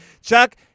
Chuck